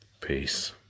Peace